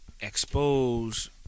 expose